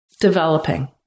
developing